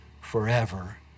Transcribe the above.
forever